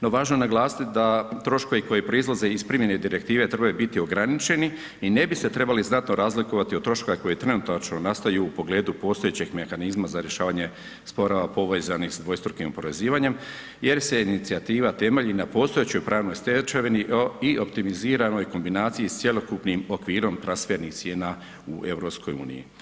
No, važno je naglasiti da troškovi koji proizlaze iz primjene direktive trebaju biti ograničeni i ne bi se trebali znatno razlikovati od troškova koji trenutačno nastaju u pogledu postojećeg mehanizma za rješavanje sporova po ovoj … [[Govornik se ne razumije]] dvostrukim oporezivanjem, jer se inicijativa temelji na postojećoj pravnoj stečevini i optimiziranoj kombinaciji s cjelokupnim okvirom transfernih cijena u EU.